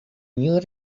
new